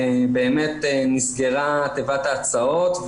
נסגרה תיבת ההצעות,